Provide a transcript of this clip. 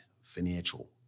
financial